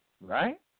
right